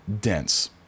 dense